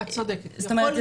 זאת אומרת,